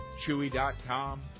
chewy.com